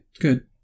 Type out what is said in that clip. good